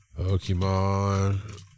Pokemon